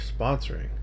sponsoring